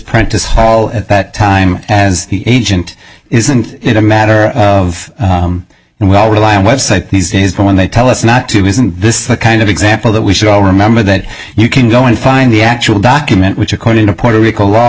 prentice hall at that time as the agent isn't it a matter of and we all rely on websites these days when they tell us not to isn't this kind of example that we should all remember that you can go and find the actual document which according to puerto rico law